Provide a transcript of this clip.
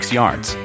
yards